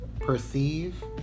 perceive